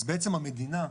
אז בעצם המדינה,